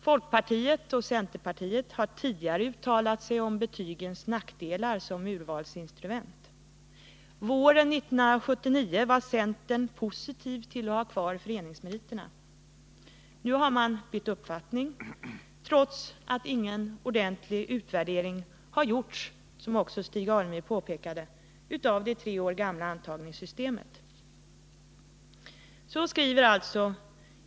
Folkpartiet och centerpartiet har tidigare uttalat sig om nackdelarna med betygen som urvalsinstrument. Våren 1979 uttryckte man från centerpartiets sida att man stälde sig positiv till att ha kvar föreningsmeriterna. Nu har man ändrat uppfattning, trots att ingen ordentlig utvärdering har gjorts — som Stig Alemyr påpekade — av det tre år gamla antagningssystemet.